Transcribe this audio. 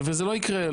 וזה לא יקרה,